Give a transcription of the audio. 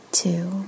two